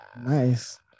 nice